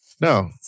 No